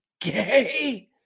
gay